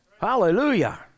Hallelujah